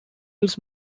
his